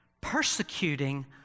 persecuting